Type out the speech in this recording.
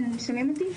כן, שומעים אותי?